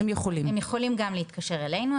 הם יכולים גם להתקשר אלינו,